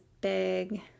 big